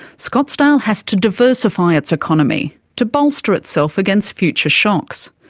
scottsdale has to diversify its economy, to bolster itself against future shocks.